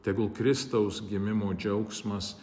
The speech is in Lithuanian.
tegul kristaus gimimo džiaugsmas